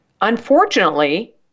Unfortunately